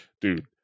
Dude